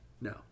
No